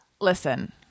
Listen